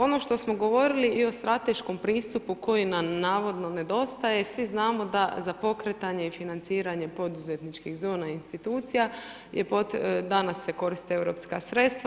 Ono što smo govorili i o strateškom pristupu koji nam navodno nedostaje, svi znamo da za pokretanje i financiranje poduzetničkih zona i institucija danas se koriste europska sredstva.